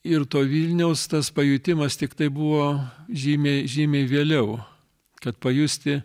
ir to vilniaus tas pajutimas tiktai buvo žymiai žymiai vėliau kad pajusti